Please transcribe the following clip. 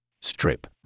Strip